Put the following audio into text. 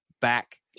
back